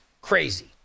crazy